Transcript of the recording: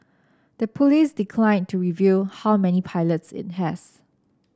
the police declined to reveal how many pilots it has